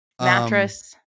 Mattress